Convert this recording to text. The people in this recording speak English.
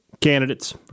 candidates